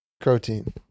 protein